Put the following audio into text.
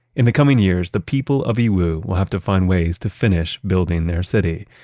in the coming years, the people of yiwu will have to find ways to finish building their city.